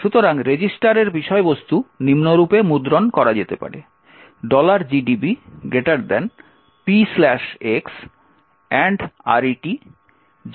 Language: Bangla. সুতরাং রেজিস্টারের বিষয়বস্তু নিম্নরূপে মুদ্রণ করা যেতে পারে gdb px ret যা FFFFCF18